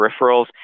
peripherals